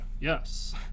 Yes